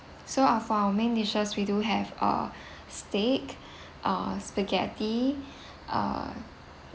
so uh for our main dishes we do have uh steak uh spaghetti uh